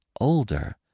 older